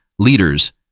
Leaders